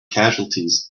casualties